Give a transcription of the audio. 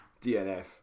DNF